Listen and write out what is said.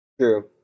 True